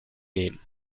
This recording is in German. gehen